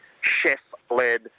chef-led